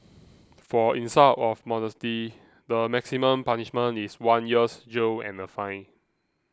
for insult of modesty the maximum punishment is one year's jail and a fine